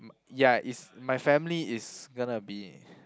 ya is my family is gonna be